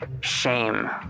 shame